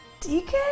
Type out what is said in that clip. DK